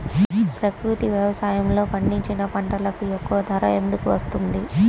ప్రకృతి వ్యవసాయములో పండించిన పంటలకు ఎక్కువ ధర ఎందుకు వస్తుంది?